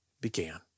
began